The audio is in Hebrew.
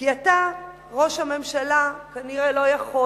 כי אתה, ראש הממשלה, כנראה לא יכול,